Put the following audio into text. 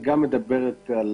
ההצעה גם מדברת על